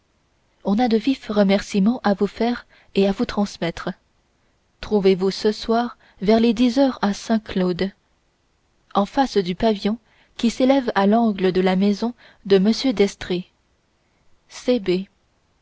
on a de vifs remerciements à vous faire et à vous transmettre trouvez-vous ce soir vers dix heures à saint-cloud en face du pavillon qui s'élève à l'angle de la maison de m d'estrées c